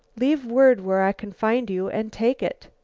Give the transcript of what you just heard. leave word where i can find you and take it.